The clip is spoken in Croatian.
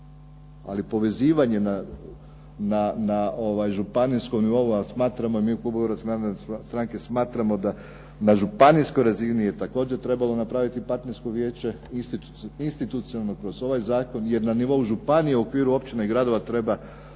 ali povezivanje na županijskom nivou. A smatramo, mi u klubu Hrvatske narodne stranke smatramo, da na županijskoj razini je također trebalo napraviti partnersko vijeće institucionalno kroz ovaj zakon jer na nivou županije u okviru općina i gradova treba definirati